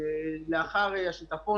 לאחר השיטפון,